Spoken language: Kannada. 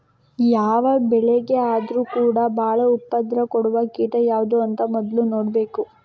ಯಾವ ಬೆಳೆಗೆ ಆದ್ರೂ ಕೂಡಾ ಬಾಳ ಉಪದ್ರ ಕೊಡುವ ಕೀಟ ಯಾವ್ದು ಅಂತ ಮೊದ್ಲು ನೋಡ್ಬೇಕು